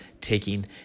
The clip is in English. taking